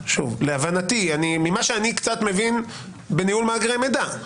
שוב להבנתי אני ממה שאני קצת מבין בניהול מאגרי מידע,